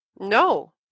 No